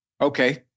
Okay